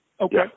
Okay